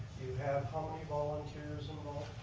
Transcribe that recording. you have how many volunteers involved?